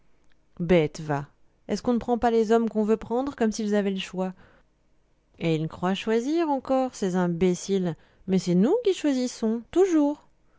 va est-ce qu'on ne prend pas les hommes qu'on veut prendre comme s'ils avaient le choix et ils croient choisir encore ces imbéciles mais c'est nous qui choisissons toujours